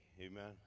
Amen